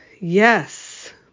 yes